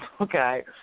okay